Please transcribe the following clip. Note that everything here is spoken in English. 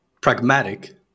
pragmatic